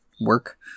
work